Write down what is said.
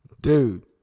Dude